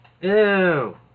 Ew